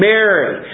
Mary